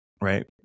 right